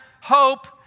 hope